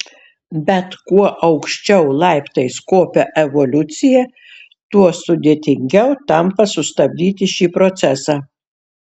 bet kuo aukščiau laiptais kopia evoliucija tuo sudėtingiau tampa sustabdyti šį procesą